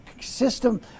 system